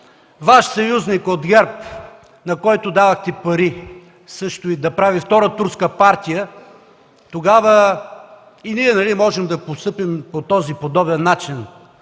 Ваш съюзник от ГЕРБ, на който дадохте пари също и да прави втора турска партия, тогава и ние можем да постъпим по този подобен начин,